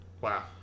Wow